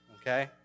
okay